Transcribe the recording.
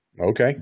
okay